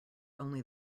only